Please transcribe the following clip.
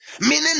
Meaning